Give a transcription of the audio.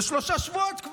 זה כבר שלושה שבועות.